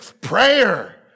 prayer